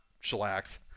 shellacked